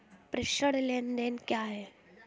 प्रेषण लेनदेन क्या है?